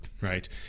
right